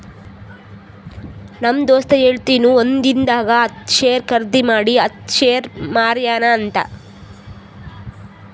ನಮ್ ದೋಸ್ತ ಹೇಳತಿನು ಒಂದಿಂದಾಗ ಹತ್ತ್ ಶೇರ್ ಖರ್ದಿ ಮಾಡಿ ಹತ್ತ್ ಶೇರ್ ಮಾರ್ಯಾನ ಅಂತ್